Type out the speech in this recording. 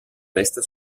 testa